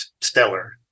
stellar